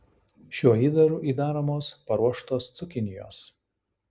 šiuo įdaru įdaromos paruoštos cukinijos